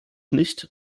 nicht